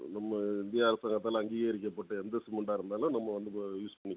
நம்ம இந்திய அரசாங்கத்தாள் அங்கீகரிக்கப்பட்ட எந்த சிமிண்ட்டாக இருந்தாலும் நம்ம வந்து யூஸ் பண்ணிக்கலாம்